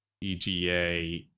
ega